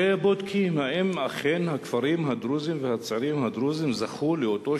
ובודקים האם אכן הכפרים הדרוזיים והצעירים הדרוזים זכו לאותו